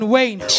Wayne